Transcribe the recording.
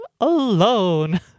alone